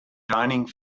dining